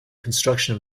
construction